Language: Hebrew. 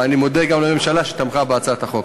ואני מודה גם לממשלה שתמכה בהצעת החוק.